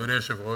אדוני היושב-ראש,